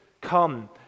come